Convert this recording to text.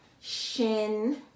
Shin